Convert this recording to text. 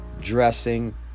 dressing